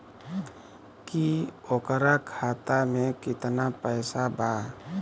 की ओकरा खाता मे कितना पैसा बा?